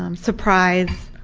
um surprise.